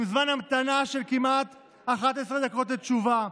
עם זמן המתנה של כמעט 11 דקות לתשובה.